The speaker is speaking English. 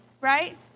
right